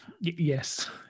Yes